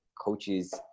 coaches